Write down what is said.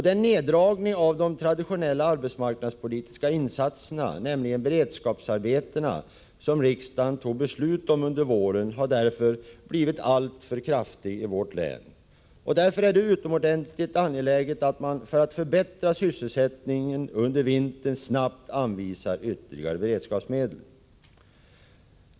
Den neddragning av de traditionella arbetsmarknadspolitiska insatserna, nämligen beredskapsarbetena, som riksdagen tog beslut om under våren har därför blivit alltför kraftig i vårt län. Av denna anledning är det utomordentligt angeläget att man för att förbättra sysselsättningsläget under vintern snarast anvisar ytterligare beredskapsmedel.